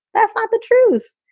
that's ah the truth.